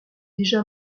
déjà